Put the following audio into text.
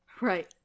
right